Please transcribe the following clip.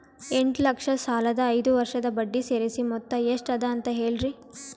ಎಂಟ ಲಕ್ಷ ಸಾಲದ ಐದು ವರ್ಷದ ಬಡ್ಡಿ ಸೇರಿಸಿ ಮೊತ್ತ ಎಷ್ಟ ಅದ ಅಂತ ಹೇಳರಿ?